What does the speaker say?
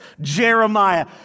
Jeremiah